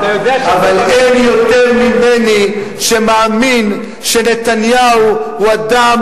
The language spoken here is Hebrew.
אבל אין יותר ממני שמאמין שנתניהו הוא אדם